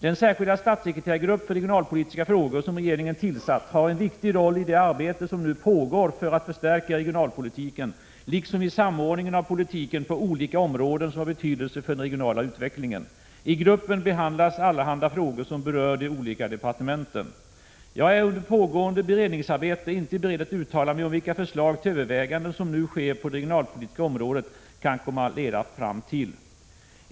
Den särskilda statssekreterargrupp för regionalpolitiska frågor som regeringen tillsatt har en viktig roll i det arbete som nu pågår för att förstärka regionalpolitiken liksom i samordningen av politiken på olika områden som har betydelse för den regionala utvecklingen. I gruppen behandlas allehanda frågor som berör de olika departementen. Jag är under pågående beredningsarbete inte beredd att uttala mig om vilka förslag de överväganden som nu sker på det regionalpolitiska området kan komma att leda fram till.